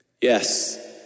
Yes